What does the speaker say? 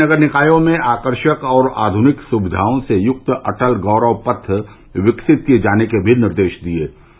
उन्होंने नगर निकायों में आकर्शक और आध्निक सुविधाओं से युक्त अटल गौरव पथ विकसित किये जाने के भी निर्देष दिये